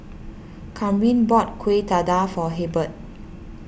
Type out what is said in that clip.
Kamryn bought Kueh Dadar for Hebert